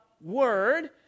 Word